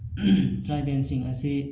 ꯇ꯭ꯔꯥꯏꯕꯦꯜꯁꯤꯡ ꯑꯁꯤ